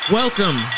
welcome